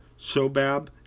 Shobab